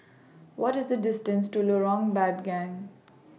What IS The distance to Lorong Bandang